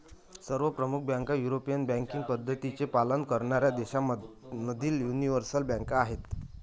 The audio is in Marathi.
सर्व प्रमुख बँका युरोपियन बँकिंग पद्धतींचे पालन करणाऱ्या देशांमधील यूनिवर्सल बँका आहेत